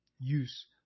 use